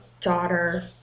daughter